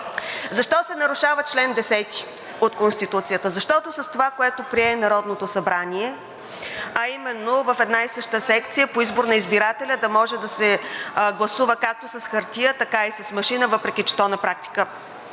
Защо се нарушава чл. 10 от Конституцията? Защото с това, което прие Народното събрание, а именно в една и съща секция по избор на избирателя да може да се гласува както с хартия, така и с машина, въпреки че на практика